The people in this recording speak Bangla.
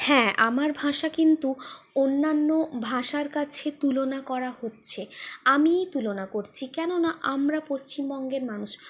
হ্যাঁ আমার ভাষা কিন্তু অন্যান্য ভাষার কাছে তুলনা করা হচ্ছে আমিই তুলনা করছি কেন না আমরা পশ্চিমবঙ্গের মানুষ